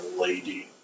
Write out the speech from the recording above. lady